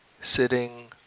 sitting